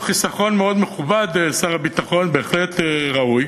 חיסכון מאוד מכובד, שר הביטחון, בהחלט ראוי.